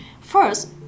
first